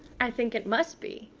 i think it must be.